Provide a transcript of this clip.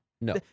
No